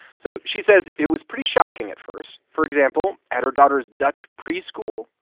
so she says it was pretty shocking at first. for example, at her daughter's dutch preschool.